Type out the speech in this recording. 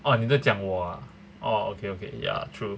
oh 你在讲我 ah orh okay okay true